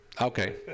Okay